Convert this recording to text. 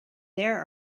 their